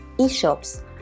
e-shops